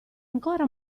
ancora